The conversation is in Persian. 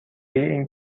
این